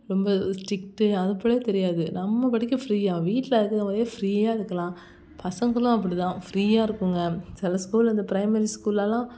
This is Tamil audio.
ரொம்ப ஸ்ட்ரிக்ட்டு அதுபோல தெரியாது நம்ம பாட்டுக்கு ஃப்ரீயாக வீட்டில் இருக்கிற மாதிரியே ஃப்ரீயாக இருக்கலாம் பசங்களும் அப்படி தான் ஃப்ரீயாக இருக்குதுங்க சில ஸ்கூலில் இந்த ப்ரைமரி ஸ்கூல்லலாம்